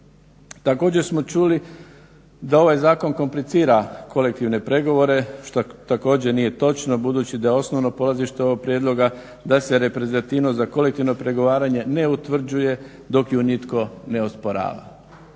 Također smo čuli da ovaj zakon komplicira kolektivne pregovore što također nije točno budući da je osnovno polazište ovog prijedloga da se reprezentativnost za kolektivno pregovaranje ne utvrđuje dok ju nitko ne osporava.